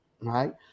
right